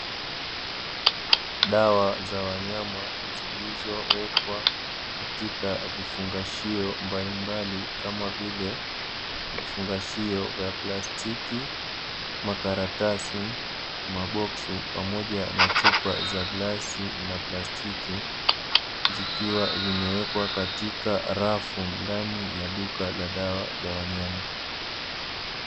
Dawa za wanyama zilizowekwa katika vifungashio mbalimbali kama vile vifungashio vya plastiki makaratasi maboksi pamoja na chupa za glasi na plastiki, zikiwa zimewekwa katika rafu ndani ya duka la dawa za wanyama.